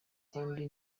kandi